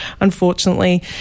Unfortunately